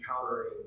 encountering